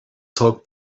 talk